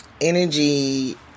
Energy